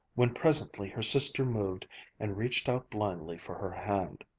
when presently her sister moved and reached out blindly for her hand.